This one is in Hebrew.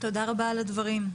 תודה רבה על הדברים.